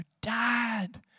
Dad